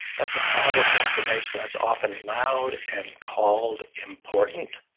that's all information that's often loud and called important.